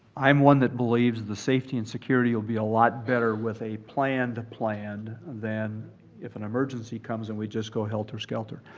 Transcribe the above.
i'm one that believes the safety and security will be a lot better with a planned plan than if an emergency comes and we just go helter-skelter.